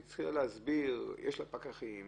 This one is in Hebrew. היא התחילה להסביר שיש לה פקחים,